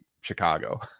Chicago